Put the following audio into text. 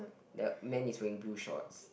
the man is wearing blue shorts